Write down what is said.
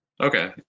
Okay